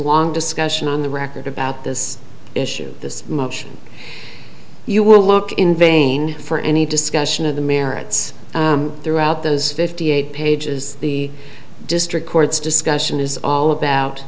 long discussion on the record about this issue this motion you will look in vain for any discussion of the merits throughout those fifty eight pages the district court's discussion is all about